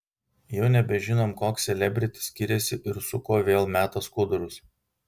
jau nebežinom koks selebritis skiriasi ir su kuo vėl meta skudurus